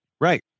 Right